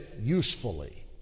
usefully